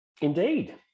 Indeed